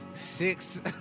Six